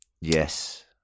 Yes